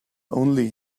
only